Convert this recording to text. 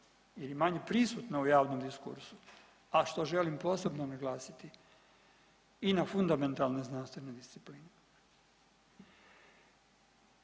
ili manje prisutno u javnom diskursu, a što želim posebno naglasiti i na fundamentalne znanstvene discipline.